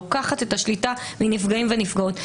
לוקחת את השליטה מנפגעים ונפגעות.